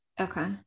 okay